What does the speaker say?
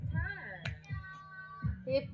time